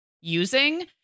using